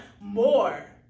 more